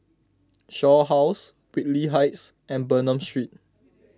Shaw House Whitley Heights and Bernam Street